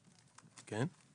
היושב-ראש,